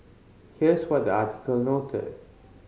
here's what the article noted